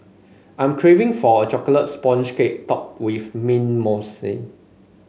I am craving for a chocolate sponge cake topped with mint mousse